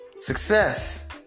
success